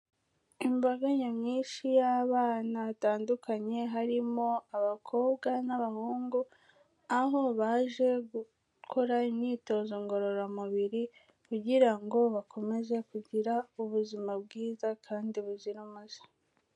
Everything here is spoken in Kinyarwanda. Imbaga nyamwinshi y'abana batandukanye harimo abakobwa n'abahungu, aho baje gukora imyitozo ngororamubiri kugira ngo bakomeze kugira ubuzima bwiza kandi buzira umuze.